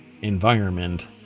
environment